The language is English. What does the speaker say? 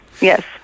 yes